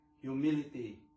humility